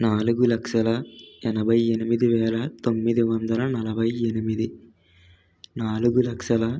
నాలుగు లక్షల ఎనభై ఎనిమిది తొమ్మిది వందల నలభై ఎనిమిది నాలుగు లక్షల